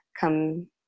come